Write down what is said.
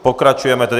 Pokračujeme tedy.